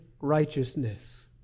righteousness